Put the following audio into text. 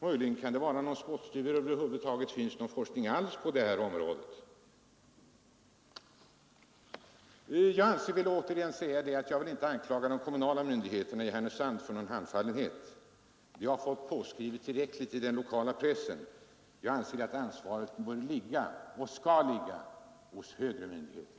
Möjligen kan det vara någon spottstyver, om det över huvud taget finns någon forskning alls på detta område. Jag vill inte anklaga de kommunala myndigheterna i Härnösand för någon handfallenhet. De har fått påskrivet tillräckligt i den lokala pressen. Jag anser att ansvaret bör och skall ligga hos högre myndigheter.